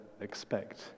expect